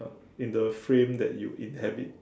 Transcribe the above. in the frame that you in habit